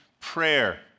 Prayer